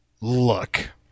Look